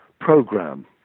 program